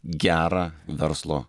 gerą verslo